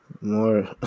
More